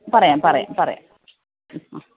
പറയാം പറയാം പറയാം മ്മ് മ്മ്